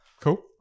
Cool